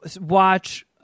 watch